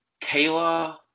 Kayla